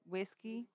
Whiskey